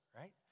right